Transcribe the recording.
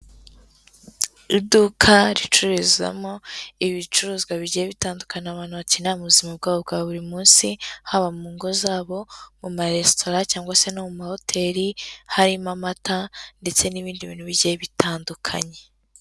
Iduka ricururizamo ibicuruzwa bigiye bitandukana abantu bakenera mu buzima bwabo bwa buri munsi haba mu ngo zabo, mu maresitora cyangwa se no mu mahoteri, harimo amata ndetse n'ibindi bintu bigiye bitandukanye.